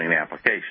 application